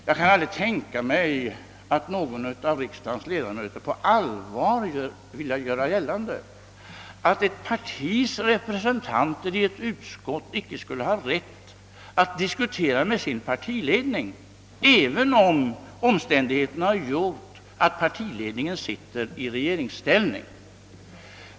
Jag kan emellertid aldrig tänka mig att någon av riksdagens ledamöter på allvar vill göra gällande, att ett partis representanter i ett utskott inte har rätt att diskutera med sin partiledning, även om omständigheterna gjort att den partiledningen sitter i regeringsställning.